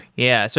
yeah. so